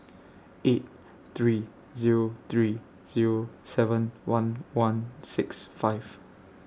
eight three Zero three Zero seven one one six five